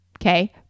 Okay